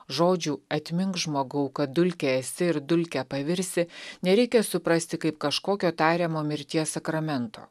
žodžių atmink žmogau kad dulke esi ir dulke pavirsi nereikia suprasti kaip kažkokio tariamo mirties sakramento